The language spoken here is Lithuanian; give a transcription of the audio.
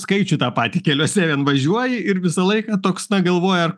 skaičių tą patį keliuose vien važiuoji ir visą laiką toks na galvoji ar